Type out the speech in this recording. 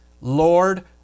Lord